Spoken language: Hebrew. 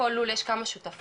בכל לול יש כמה שותפים.